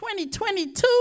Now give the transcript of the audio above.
2022